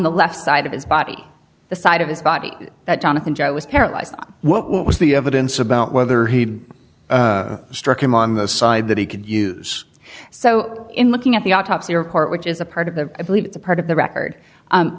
the left side of his body the side of his body that jonathan joe was paralyzed what was the evidence about whether he struck him on the side that he could use so in looking at the autopsy report which is a part of the i believe it's a part of the record